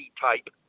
type